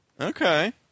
Okay